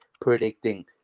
predicting